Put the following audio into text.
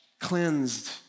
cleansed